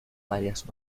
varias